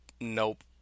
nope